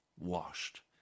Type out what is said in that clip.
washed